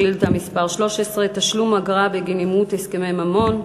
שאילתה מס' 13: תשלום אגרה בגין אימות הסכמי ממון.